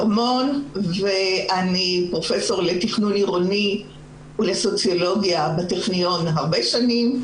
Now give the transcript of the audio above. אני פרופ' לתכנון עירוני ולסוציולוגיה בטכניון במשך הרבה שנים.